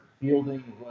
fielding